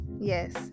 yes